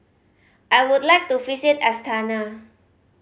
I would like to visit Astana